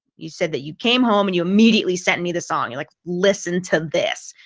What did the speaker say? you said that you came home, and you immediately sent me the song and like, listen to this,